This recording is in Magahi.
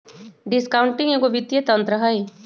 डिस्काउंटिंग एगो वित्तीय तंत्र हइ